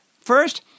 First